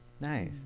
Nice